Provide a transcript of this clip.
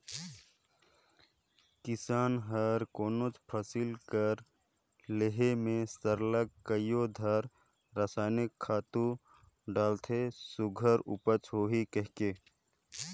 किसान हर कोनोच फसिल कर लेहे में सरलग कइयो धाएर रसइनिक खातू डालथे सुग्घर उपज होही कहिके